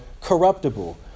corruptible